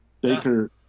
Baker